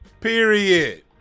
Period